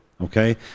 okay